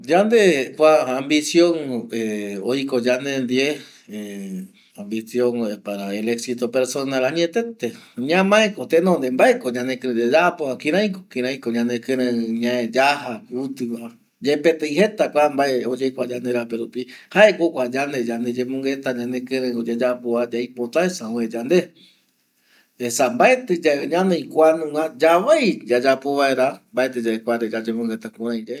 Yande kua visión oiko yandeve, visión para el éxito personal añetete ñamae ko tenonde mbaeko yande kirei yayapova kireiko yande kirei yaja kuti va yepe yae jeta vae oyekua yanderapirupi jae ko jokua yande yandeyemongueta ya nde kireiye yayapova yaipotasa üe yande esa mbaeti ye yano kuanunga ye yavai yayapovaera.